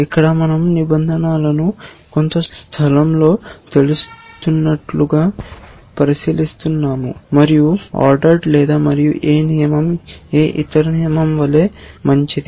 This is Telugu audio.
ఇక్కడ మనం నిబంధనలను కొంత స్థలంలో తేలుతున్నట్లుగా పరిశీలిస్తున్నాము మరియు ఆర్డర్ లేదు మరియు ఏ నియమం ఏ ఇతర నియమం వలె మంచిది